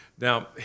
Now